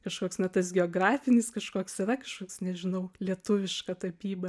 kažkoks na tas geografinis kažkoks yra kažkoks nežinau lietuviška tapyba